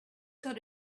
got